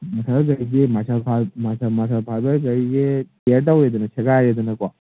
ꯃꯁꯜꯒꯩꯖꯦ ꯃꯁꯜ ꯃꯁꯜ ꯃꯁꯜ ꯐꯥꯏꯕꯔꯒꯩꯁꯦ ꯇꯤꯌꯔ ꯇꯧꯔꯦꯗꯅ ꯁꯦꯒꯥꯏꯔꯦꯗꯅꯀꯣ